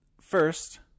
first